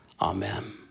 amen